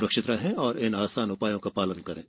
सुरक्षित रहें और इन आसान उपायों का पालन करें